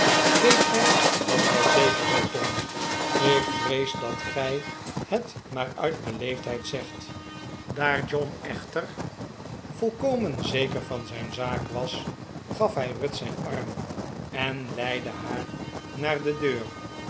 weet gij dat wel zeker zei tom ik vrees dat gij het maar uit beleefdheid zegt daar john echter volkomen zeker van zijn zaak was gaf hij ruth zijn arm en leidde haar naar de deur